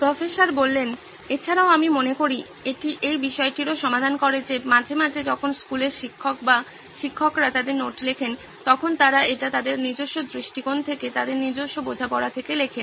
professor এছাড়াও আমি মনে করি এটি এই বিষয়টিরও সমাধান করে যে মাঝে মাঝে যখন স্কুলের শিক্ষক বা শিক্ষকরা তাদের নোট লেখেন তখন তারা এটি তাদের নিজস্ব দৃষ্টিকোণ থেকে তাদের নিজস্ব বোঝাপড়া থেকে লেখেন